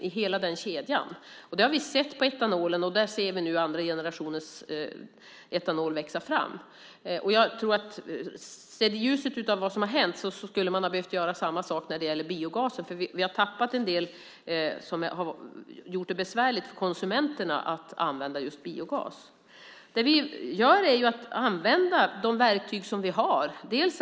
Det har vi sett när det gäller etanolen, där andra generationens etanol nu växer fram. Sett i ljuset av vad som har hänt skulle man ha behövt göra samma sak när det gäller biogasen. Vi har tappat en del, och det har gjort det besvärligt för konsumenterna att använda just biogas. Vi använder de verktyg som vi har.